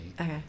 Okay